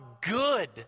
good